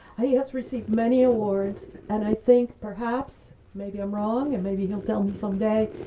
he has received many awards and i think perhaps maybe i'm wrong, and maybe he'll tell me someday.